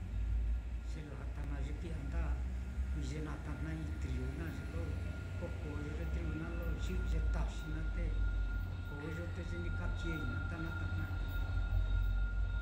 Ye latá naá ye kui'ya ndakui ye natajna'ai trigu naá ye lo jokoyo ye trigú naá lo yi'i ye taxi naá te jokoyo naá te ye ni ka keei naá nda natajnai naá.